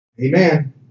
Amen